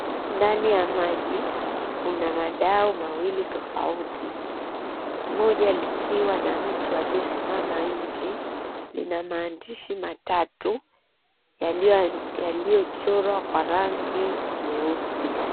Ndani ya maji kuna madau mawili tofauti moja likiwa na mtu aliyesimama nje. Lina maandishi matatu yaliyochorwa kwa rangi nyeusi.